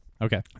okay